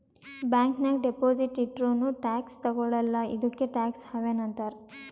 bank ನಾಗ್ deposit ಇಟ್ಟುರ್ನೂ tax ತಗೊಳಲ್ಲ ಇದ್ದುಕೆ ಟ್ಯಾಕ್ಸ್ ಹವೆನ್ ಅಂತಾರ್